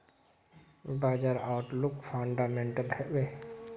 बाजार outlook fundamental हैवै?